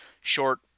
short